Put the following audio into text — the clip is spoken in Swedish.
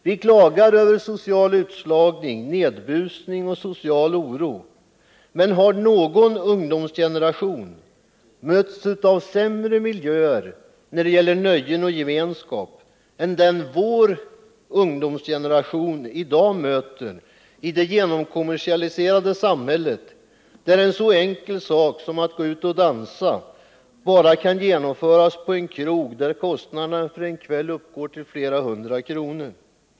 Vi klagar över social utslagning, nedbusning och social oro, men har någon ungdomsgeneration mötts av sämre miljöer när det gäller nöjen och gemenskap än den vår ungdomsgeneration i dag möter i det genomkommersialiserade samhället, där en så enkel sak som att gå ut och dansa bara kan genomföras på en krog, där kostnaderna för en kväll uppgår till flera hundra kronor?